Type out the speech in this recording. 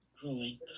growing